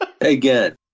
again